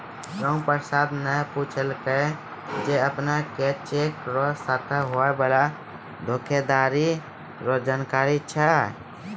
रामप्रसाद न पूछलकै जे अपने के चेक र साथे होय वाला धोखाधरी रो जानकारी छै?